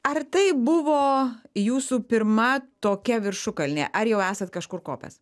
ar tai buvo jūsų pirma tokia viršukalnė ar jau esat kažkur kopęs